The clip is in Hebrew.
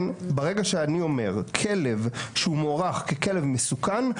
ברגע שאני אומר כלב שהוא מוערך ככלב מסוכן,